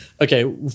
Okay